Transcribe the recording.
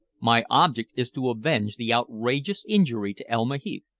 my object is to avenge the outrageous injury to elma heath.